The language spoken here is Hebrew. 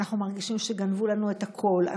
אנחנו מרגישים שגנבו לנו את הכול,